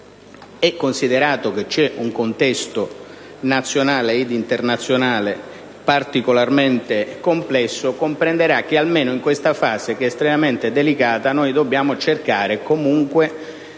mesi e che c'è un contesto nazionale ed internazionale particolarmente complesso, comprenderà che, almeno in questa fase, che si presenta estremamente delicata, dobbiamo comunque